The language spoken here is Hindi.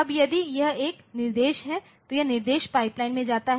अब यदि यह एक निर्देश है तो यह निर्देश पाइपलाइनpipeline में जाता है